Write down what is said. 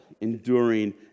enduring